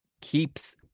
Keeps